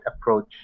approach